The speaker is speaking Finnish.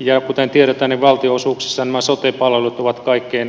ja kuten tiedetään valtionosuuksissa nämä sote palvelut ovat kaikkein keskeisimmät